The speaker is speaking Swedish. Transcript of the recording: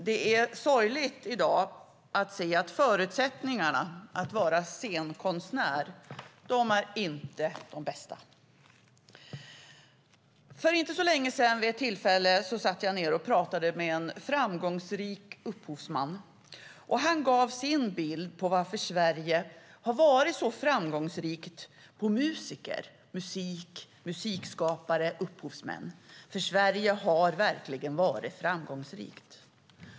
Det är sorgligt att se att förutsättningarna för att vara scenkonstnär i dag inte är de bästa. Vid ett tillfälle för inte så länge sedan satt jag och talade med en framgångsrik upphovsman, och han gav sin bild av varför Sverige varit så framgångsrikt på musiker - musik, musikskapare, upphovsmän - för Sverige har verkligen varit framgångsrikt.